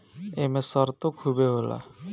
एमे सरतो खुबे होला